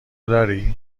درای